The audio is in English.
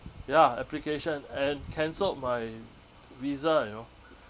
ya application and cancelled my visa you know